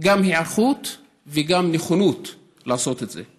גם היערכות וגם נכונות לעשות את זה.